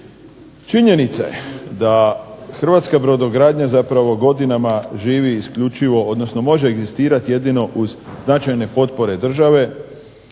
Činjenica je da hrvatska brodogradnja zapravo godinama živi isključivo, odnosno može egzistirati jedino uz značajne potpore države,